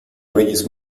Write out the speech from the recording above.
reyes